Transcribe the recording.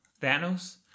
Thanos